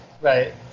right